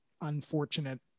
unfortunate